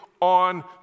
on